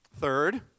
Third